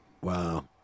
Wow